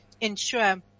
ensure